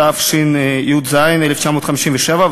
התשי"ז 1957,